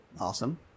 Awesome